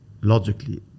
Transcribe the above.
logically